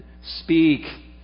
Speak